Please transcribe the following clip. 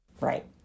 Right